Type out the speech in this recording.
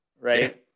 right